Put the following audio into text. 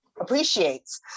appreciates